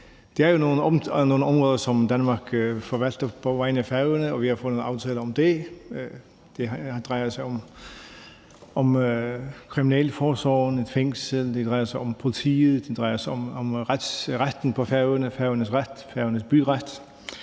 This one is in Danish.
Det er jo nogle områder, som Danmark forvalter på vegne af Færøerne, og vi har fået nogle aftaler om det. Det drejer sig om kriminalforsorgen, et fængsel, det drejer sig om politiet, det drejer sig om retten på Færøerne, Færøernes ret,